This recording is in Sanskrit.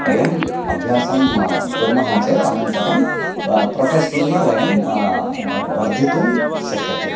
वयम् अभ्यासं कुर्मः चेत् अनन्तरं प्रोफेश्नली वयं वर्धितुं शक्यते